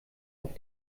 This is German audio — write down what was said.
auf